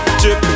chip